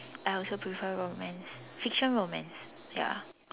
I also prefer romance fiction romance ya